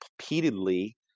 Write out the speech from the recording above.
repeatedly